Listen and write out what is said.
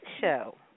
show